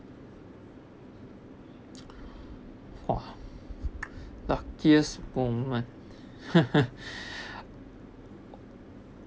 !wah! luckiest woman